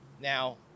Now